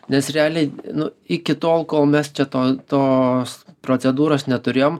nes realiai nu iki tol kol mes čia to tos procedūros neturėjom